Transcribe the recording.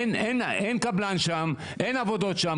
אין קבלן שם, אין עבודות שם.